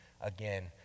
again